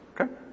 Okay